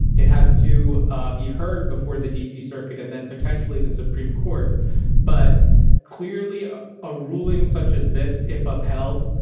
it has to ah be heard before the d c. circuit and then potentially the supreme court but clearly, a ah ruling ruling such as this, if upheld,